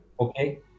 Okay